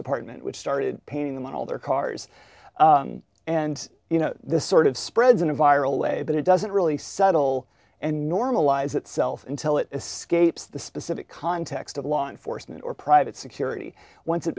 department which started painting them on all their cars and you know this sort of spreads in a viral way but it doesn't really settle and normalize itself until it escapes the specific context of law enforcement or private security once it